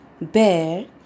bear